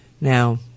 Now